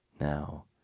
Now